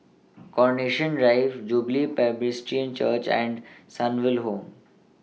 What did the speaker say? Carnation Drive Jubilee Presbyterian Church and Sunnyville Home